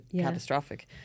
catastrophic